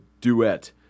duet